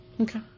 Okay